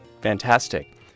Fantastic